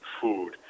food